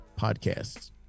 podcasts